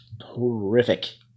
horrific